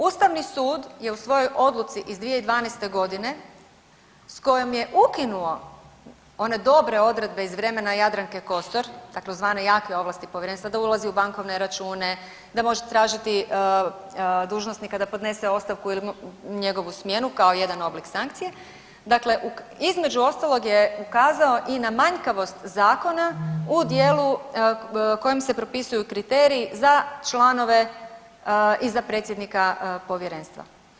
Ustavni sud je u svojoj odluci iz 2012.g. s kojom je ukinuo one dobre odredbe iz vremena Jadranke Kosor, tzv. jake ovlasti povjerenstva da ulazi u bankovne račune, da može tražiti dužnosnika da podnese ostavku ili njegovu smjenu kao jedan oblik sankcije, dakle između ostalog je ukazao i na manjkavost zakona u dijelu kojim se propisuju kriteriji za članove i za predsjednika povjerenstva.